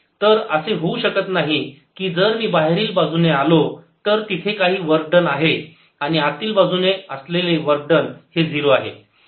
तर असे होऊ शकत नाही की जर मी बाहेरील बाजूने आलो तर तिथे काही वर्क डन आहे आणि आतील बाजूने असलेले वर्क डन हे 0 आहे